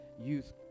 youth